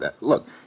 Look